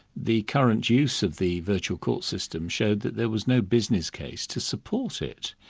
the current use of the virtual court system showed that there was no business case to support it.